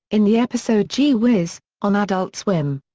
in the episode gee whiz, on adult swim.